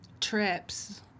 trips